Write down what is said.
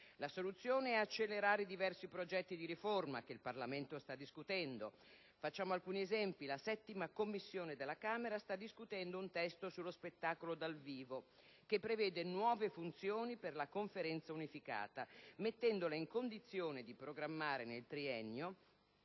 La soluzione è accelerare i diversi progetti di riforma che il Parlamento sta discutendo. Faccio alcuni esempi: la VII Commissione della Camera dei deputati sta discutendo una proposta di legge sullo spettacolo dal vivo che prevede di assegnare nuove funzioni alla Conferenza unificata, mettendola in condizione di programmare nel triennio